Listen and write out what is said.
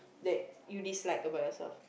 that you dislike about youself